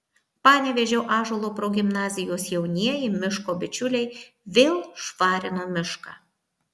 panevėžio ąžuolo progimnazijos jaunieji miško bičiuliai vėl švarino mišką